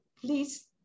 please